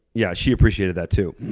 yeah, she appreciated that, too.